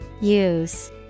Use